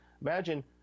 Imagine